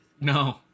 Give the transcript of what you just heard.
No